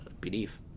belief